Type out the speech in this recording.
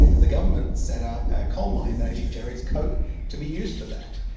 the government set up a coal mine that actually generates coke to be used for that.